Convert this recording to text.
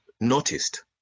noticed